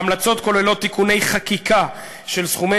ההמלצות כוללות תיקוני חקיקה של סכומי